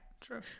true